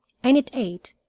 and it ate,